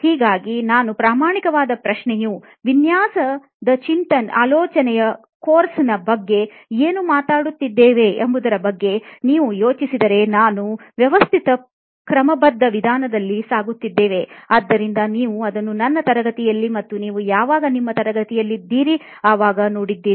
ಹಾಗಾಗಿ ನನಗೆ ಪ್ರಾಮಾಣಿಕವಾದ ಪ್ರಶ್ನೆಯು ವಿನ್ಯಾಸದ ಆಲೋಚನೆಯ course ನ ಬಗ್ಗೆ ಏನು ಮಾತನಾಡುತ್ತಿದ್ದೇವೆ ಎಂಬುದರ ಬಗ್ಗೆ ನೀವು ಯೋಚಿಸಿದರೆ ನಾವು ವ್ಯವಸ್ಥಿತ ಕ್ರಮಬದ್ಧ ವಿಧಾನದಲ್ಲಿ ಸಾಗಿಸುತ್ತಿದ್ದೇವೆ ಆದ್ದರಿಂದ ನೀವು ಅದನ್ನು ನನ್ನ ತರಗತಿಯಲ್ಲಿ ಮತ್ತು ನೀವು ಯಾವಾಗ ನನ್ನ ತರಗತಿಯಲ್ಲಿದ್ದೀರಿ ಆವಾಗ ನೋಡಿದ್ದೀರಿ